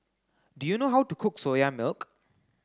do you know how to cook soya milk